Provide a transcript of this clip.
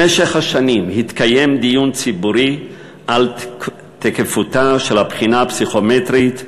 במשך השנים התקיים דיון ציבורי על תקפותה של הבחינה הפסיכומטרית,